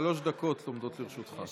שלוש דקות עומדות לרשותך.